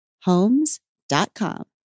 Homes.com